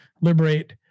liberate